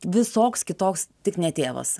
visoks kitoks tik ne tėvas